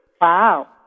Wow